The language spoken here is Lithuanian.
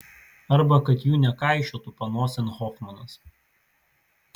arba kad jų nekaišiotų panosėn hofmanas